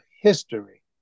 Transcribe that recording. history